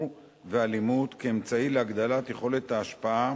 ואלימות כאמצעי להגדלת יכולת ההשפעה